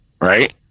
Right